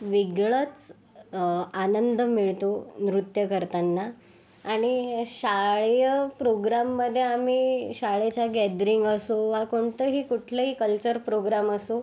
वेगळंच आनंद मिळतो नृत्य करतांना आणि शालेय प्रोग्राममध्ये आम्ही शाळेचं गॅदरिंग असो वा कोणतंही कुठलंही कल्चर प्रोग्राम असो